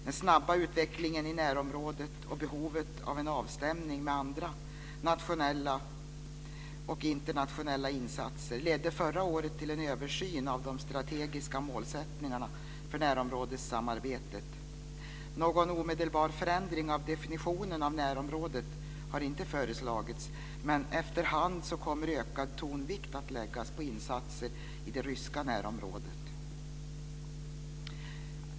Den snabba utvecklingen i närområdet och behovet av en avstämning med andra nationella och internationella insatser ledde förra året till en översyn av de strategiska målsättningarna för närområdessamarbetet. Någon omedelbar förändring av definitionen av närområdet har inte föreslagits, men efterhand kommer ökad tonvikt att läggas på insatser i det ryska närområdet.